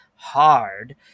Hard